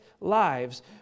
lives